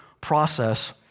process